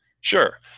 Sure